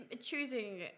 choosing